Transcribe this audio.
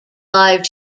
live